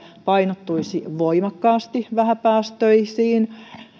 painottuisi voimakkaasti vähäpäästöisiin